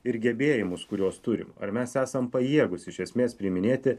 ir gebėjimus kuriuos turim ar mes esam pajėgūs iš esmės priiminėti